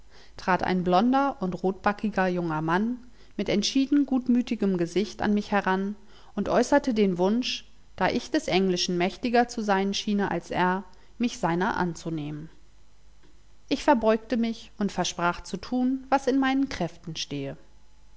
trat ein blonder und rotbackiger junger mann mit entschieden gutmütigem gesicht an mich heran und äußerte den wunsch da ich des englischen mächtiger zu sein schiene als er mich seiner anzunehmen ich verbeugte mich und versprach zu tun was in meinen kräften stehe